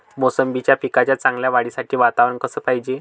मोसंबीच्या पिकाच्या चांगल्या वाढीसाठी वातावरन कस पायजे?